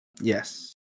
Yes